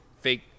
fake